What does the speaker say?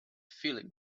feeling